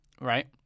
right